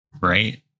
Right